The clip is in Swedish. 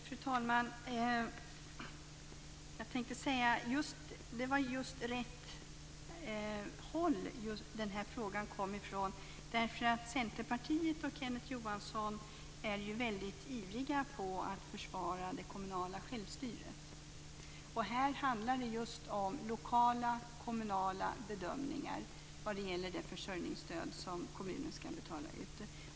Fru talman! Jag tänkte säga att det var just från rätt håll den här frågan kom, därför att Centerpartiet och Kenneth Johansson är ju väldigt ivriga på att försvara det kommunala självstyret. Och här handlar det just om lokala, kommunala bedömningar vad gäller det försörjningsstöd som kommunen ska betala ut.